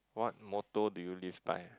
what motto do you live by